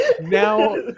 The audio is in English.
Now